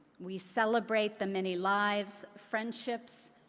we celebrate the many lives, friendships,